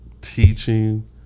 teaching